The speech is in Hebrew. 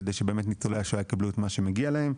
כדי שניצולי השואה יקבלו את מה שמגיע להם.